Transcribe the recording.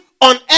on